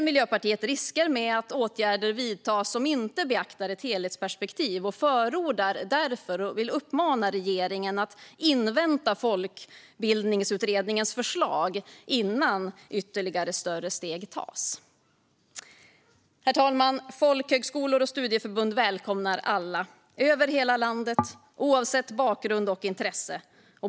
Miljöpartiet ser dock risker med att åtgärder vidtas som inte beaktar ett helhetsperspektiv och förordar och vill uppmana regeringen att därför invänta förslagen i folkbildningsutredningen innan ytterligare större steg tas. Herr talman! Folkhögskolor och studieförbund välkomnar alla över hela landet, oavsett bakgrund och intresse.